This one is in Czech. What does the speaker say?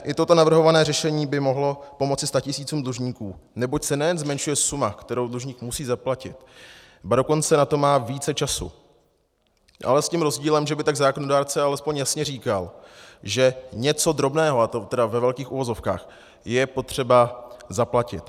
I toto navrhované řešení by mohlo pomoci statisícům dlužníků, neboť se nejen zmenšuje suma, kterou dlužník musí zaplatit, ba dokonce na to má více času, ale s tím rozdílem, že by tak zákonodárce alespoň jasně říkal, že něco drobného, a to tedy ve velkých uvozovkách, je potřeba zaplatit.